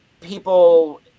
people